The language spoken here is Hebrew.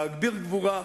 להגביר גבורה.